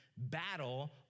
battle